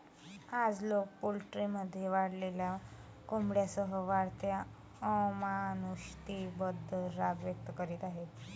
आज, लोक पोल्ट्रीमध्ये वाढलेल्या कोंबड्यांसह वाढत्या अमानुषतेबद्दल राग व्यक्त करीत आहेत